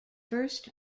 first